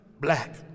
black